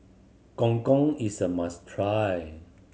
Gong Gong is a must try